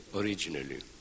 originally